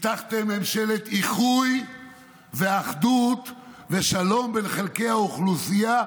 הבטחתם ממשלת איחוי ואחדות ושלום בין חלקי האוכלוסייה,